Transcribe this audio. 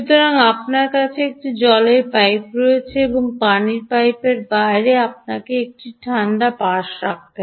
সুতরাং আপনার কাছে একটি জলের পাইপ রয়েছে এবং জলের পাইপের বাইরে আপনাকে এই ঠান্ডা পাশে রাখতে হবে